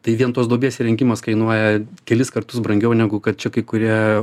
tai vien tos duobės įrengimas kainuoja kelis kartus brangiau negu kad čia kai kurie